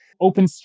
open